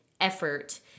effort